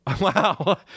Wow